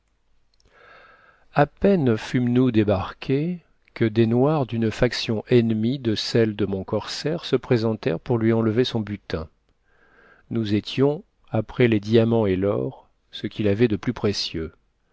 a peine fûmes nous débarquées que des noirs d'une faction ennemie de celle de mon corsaire se présentèrent pour lui enlever son butin nous étions après les diamants et l'or ce qu'il avait de plus précieux